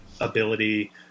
ability